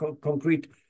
concrete